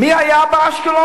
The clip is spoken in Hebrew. מי היה באשקלון?